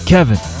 Kevin